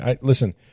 Listen